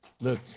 Look